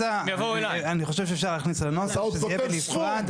אני חושב שאפשר להכניס לנוסח שזה יהיה בנפרד.